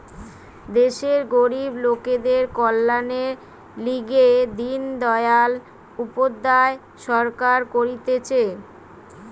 দেশের গরিব লোকদের কল্যাণের লিগে দিন দয়াল উপাধ্যায় সরকার করতিছে